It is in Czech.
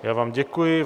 Já vám děkuji.